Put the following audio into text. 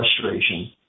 frustration